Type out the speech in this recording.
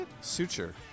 suture